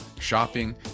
shopping